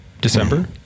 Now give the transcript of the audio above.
December